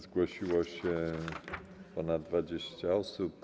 Zgłosiło się ponad 20 osób.